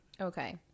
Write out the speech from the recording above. Okay